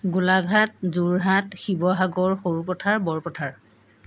Golaghat Jorhat Sivasagar Sarupathar Borpathar